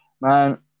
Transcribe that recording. man